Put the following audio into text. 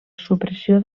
supressió